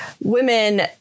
women